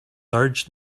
urged